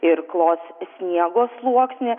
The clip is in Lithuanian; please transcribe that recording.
ir klos sniego sluoksnį